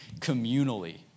communally